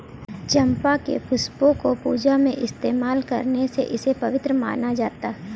चंपा के पुष्पों को पूजा में इस्तेमाल करने से इसे पवित्र माना जाता